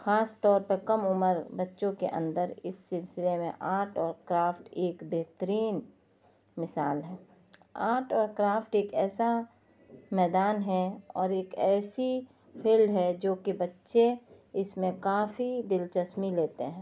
خاص طور پہ کم عمر بچوں کے اندر اس سلسلے میں آرٹ اور کرافٹ ایک بہترین مثال ہے آرٹ اور کرافٹ ایک ایسا میدان ہے اور ایک ایسی فیلڈ ہے جو کہ بچے اس میں کافی دلچسپی لیتے ہیں